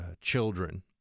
children